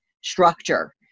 structure